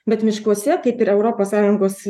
bet miškuose kaip ir europos sąjungos